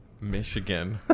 Michigan